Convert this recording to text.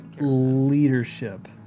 Leadership